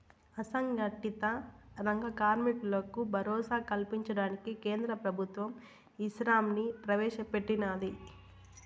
అసంగటిత రంగ కార్మికులకు భరోసా కల్పించడానికి కేంద్ర ప్రభుత్వం ఈశ్రమ్ ని ప్రవేశ పెట్టినాది